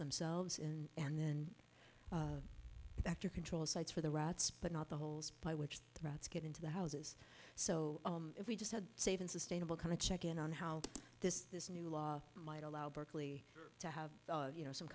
themselves in and then after control sites for the rats but not the holes by which the rats get into the houses so if we just had save and sustainable kind of check in on how this this new law might allow berkeley to have you know some